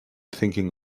thinking